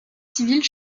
civils